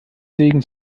segen